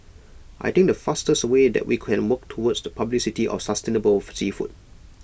I think the fastest way that we can work towards the publicity of sustainable for seafood